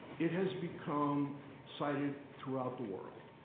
it has become cited throughout the world.